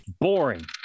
Boring